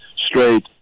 straight